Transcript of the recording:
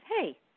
hey